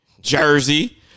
jersey